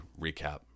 recap